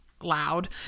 loud